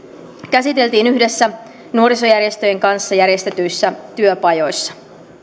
käsiteltiin yhdessä nuorisojärjestöjen kanssa järjestetyissä työpajoissa